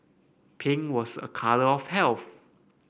pink was a colour of health